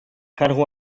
kargu